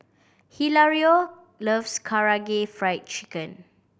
Hilario loves Karaage Fried Chicken